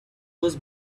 was